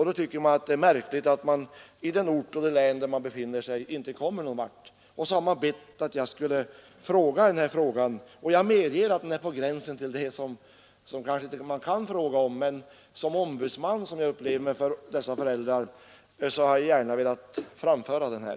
Då tycker föräldrarna att det är märkligt att 25 maj 1973 de inte kommer någon vart på den ort och i det län där de befinner sig, ——— och så har de bett att jag skulle ställa den här frågan. Jag medger att den Ang. bioaffischeär på gränsen till det som man kanske inte kan fråga om. Men som ring i skolorna ombudsman — som jag upplever det — för dessa föräldrar har jag gärna velat framföra den här.